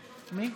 אוקיי,